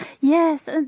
Yes